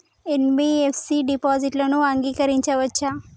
NBFC డిపాజిట్లను అంగీకరించవచ్చా?